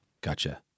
gotcha